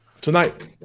Tonight